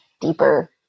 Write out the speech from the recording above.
deeper